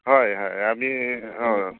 হয় হয় আমি অঁ